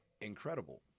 incredible